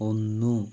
ഒന്നു